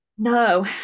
No